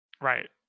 Right